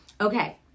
okay